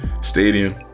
stadium